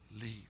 leave